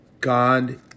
God